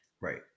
Right